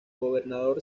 gobernador